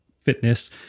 fitness